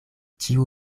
ĉiu